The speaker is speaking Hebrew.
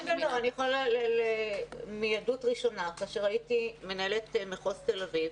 אני יכולה לומר מעדות ראשונה: כאשר הייתי מנהלת מחוז תל אביב,